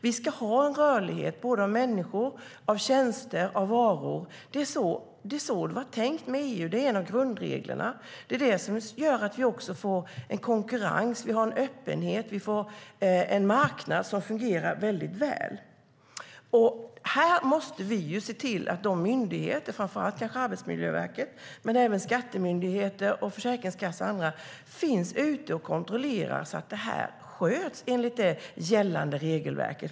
Vi ska ha rörlighet för människor, tjänster och varor. Det är så det är tänkt med EU; det är en av grundreglerna. Det är också det som gör att vi kan konkurrera och har en marknad som fungerar väldigt väl. Här måste vi se till att myndigheter - framför allt Arbetsmiljöverket men även Skatteverket, Försäkringskassan och andra - finns ute och kontrollerar att det sköts enligt det gällande regelverket.